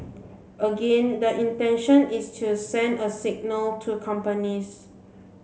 again the intention is to send a signal to companies